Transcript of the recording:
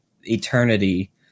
eternity